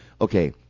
Okay